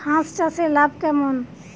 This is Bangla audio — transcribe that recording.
হাঁস চাষে লাভ কেমন?